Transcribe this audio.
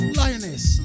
lioness